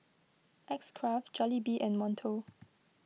X Craft Jollibee and Monto